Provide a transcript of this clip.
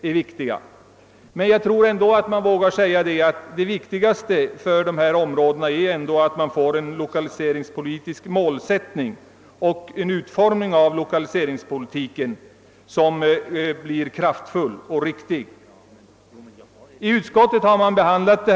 Jag tror i alla fall att man vågar säga att det viktigaste för dessa områden är att vi får till stånd en lokaliseringspolitisk målsättning och en kraftfull och riktig utformning av lokaliseringspolitiken.